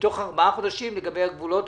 ובתוך ארבעה חודשים לגבי הגבולות.